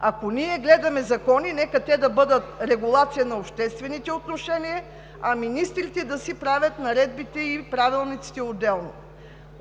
Ако ние гледаме закони, нека те да бъдат регулация на обществените отношения, а министрите да си правят наредбите и правилниците отделно.